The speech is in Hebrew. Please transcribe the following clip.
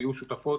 ויהיו שותפות